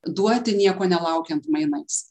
duoti nieko nelaukiant mainais